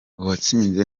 uwatsinze